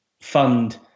fund